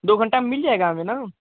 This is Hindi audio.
दो घंटा में मिल जायेगा हमें न